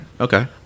Okay